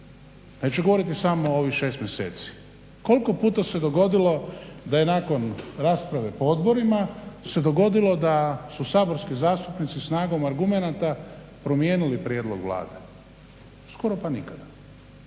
Neću govoriti samo o ovih 6 mjeseci. Koliko puta se dogodilo da je nakon rasprave po odborima se dogodilo da su saborski zastupnici snagom argumenata promijenili prijedlog Vlade? Skoro pa nikada.